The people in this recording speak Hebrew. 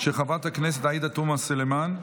של חברת הכנסת עאידה תומא סלימאן.